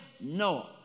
no